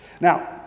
Now